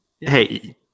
Hey